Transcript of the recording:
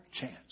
chance